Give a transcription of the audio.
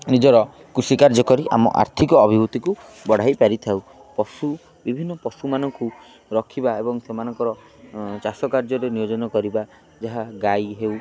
ନିଜର କୃଷି କାର୍ଯ୍ୟ କରି ଆମ ଆର୍ଥିକ ଅଭିଭୂତିକୁ ବଢ଼ାଇ ପାରିଥାଉ ପଶୁ ବିଭିନ୍ନ ପଶୁମାନଙ୍କୁ ରଖିବା ଏବଂ ସେମାନଙ୍କର ଚାଷ କାର୍ଯ୍ୟରେ ନିୟୋଜନ କରିବା ଯାହା ଗାଈ ହେଉ